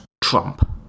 Trump